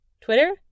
Twitter